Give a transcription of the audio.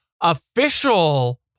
official